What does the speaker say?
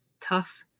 tough